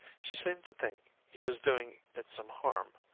she seemed to think he was doing it some harm.